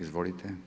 Izvolite.